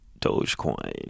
Dogecoin